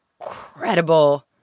incredible